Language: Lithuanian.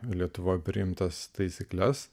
lietuvoje priimtas taisykles